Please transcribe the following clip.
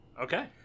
Okay